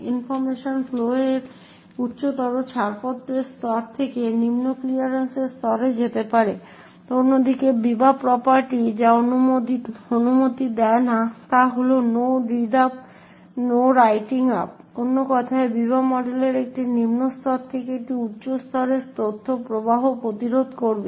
information flow একটি উচ্চতর ছাড়পত্রের স্তর থেকে নিম্ন ক্লিয়ারেন্স স্তরে যেতে পারে অন্যদিকে বিবা প্রপার্টি যা অনুমতি দেয় না তা হল নো রিড আপ এবং নো রাইটিং আপ অন্য কথায় বিবা মডেল একটি নিম্ন স্তর থেকে একটি উচ্চ স্তরে তথ্য প্রবাহ প্রতিরোধ করবে